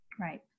Right